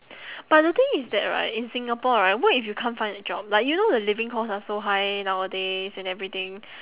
but the thing is that right in singapore right what if you can't find a job like you know the living cost are so high nowadays and everything